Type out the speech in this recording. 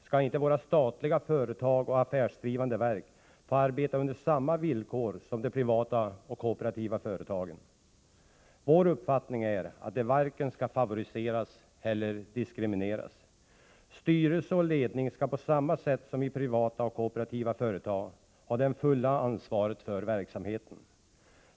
Skall inte våra statliga företag och affärsdrivande verk få arbeta under samma villkor som de privata eller kooperativa företagen? Vår uppfattning är, att de varken skall favoriseras eller diskrimineras. Styrelse och ledning skall på samma sätt som i privata och kooperativa företag ha det fulla ansvaret för verksamheten.